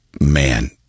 man